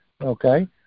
okay